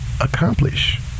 accomplish